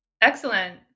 Excellent